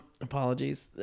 apologies